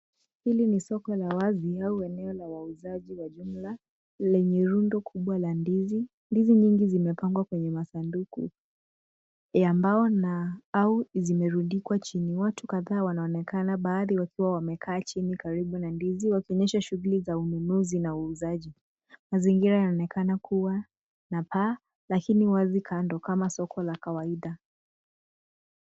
Hili ni soko la wazi au eneo la wauzaji la bidhaa lenye rundo kubwa la ndizi. Ndizi hizi zimepangwa kwenye masaduku ya mbao au zimerundikwa chini. Watu kadhaa wanaonekana baadhi wakiwa wamekaa chini karibu na ndizi wakionyesha shungli za ununuzi na uuzaji. Mazingira yanaonekana kuwa na paa lakini wazi kando kama soko la kawaida.